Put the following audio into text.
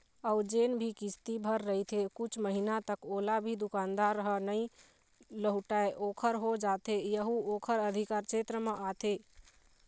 अउ जेन भी किस्ती भर रहिथे कुछ महिना तक ओला भी दुकानदार ह नइ लहुटाय ओखर हो जाथे यहू ओखर अधिकार छेत्र म आथे